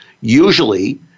Usually